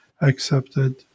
accepted